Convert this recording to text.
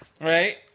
Right